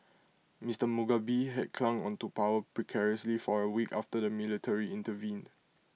Mister Mugabe had clung on to power precariously for A week after the military intervened